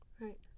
Right